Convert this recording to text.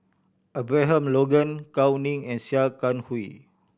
Abraham Logan Gao Ning and Sia Kah Hui